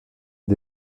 est